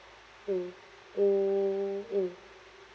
mm mm mm